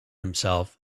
himself